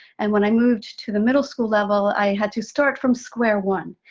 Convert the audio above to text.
and when i moved to the middle school level, i had to start from square one.